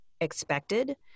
expected